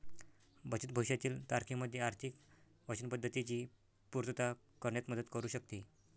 बचत भविष्यातील तारखेमध्ये आर्थिक वचनबद्धतेची पूर्तता करण्यात मदत करू शकते